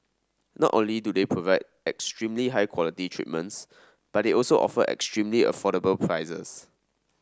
not only do they provide extremely high quality treatments but they also offer extremely affordable prices